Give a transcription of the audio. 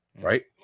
right